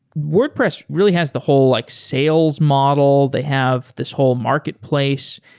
wordpress really has the whole like sales model. they have this whole marketplace.